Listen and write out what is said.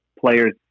players